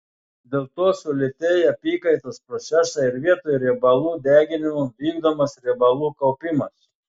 dėl to sulėtėja apykaitos procesai ir vietoj riebalų deginimo vykdomas riebalų kaupimas